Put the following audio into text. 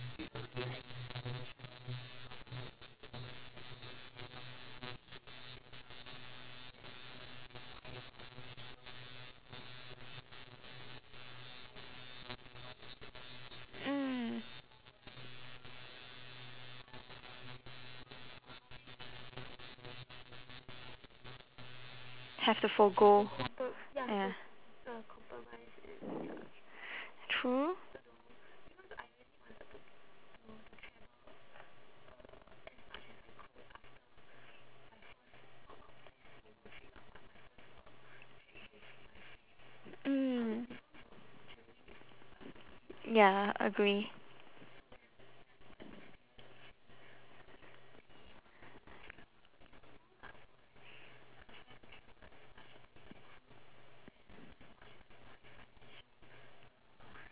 mm have to forgo ya true mm ya agree